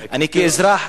כאזרח,